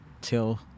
till